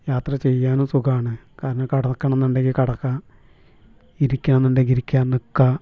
യാത്ര ചെയ്യാനും സുഖമാണ് കാരണം കിടക്കണം എന്നുണ്ടെങ്കിൽ കിടക്കാം ഇരിക്കുക എന്നുണ്ടെങ്കിൽ ഇരിക്കാം നിൽക്കാം